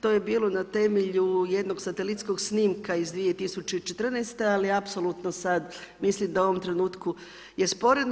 To je bilo na temelju jednog satelitskog snimka iz 2014., ali apsolutno sad mislim da u ovom trenutku je sporedno.